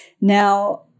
Now